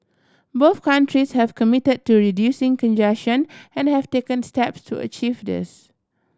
both countries have committed to reducing congestion and have taken step to achieve this